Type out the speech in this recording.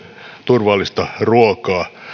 turvallista ruokaa